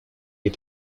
est